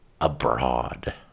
abroad